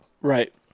Right